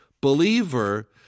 believer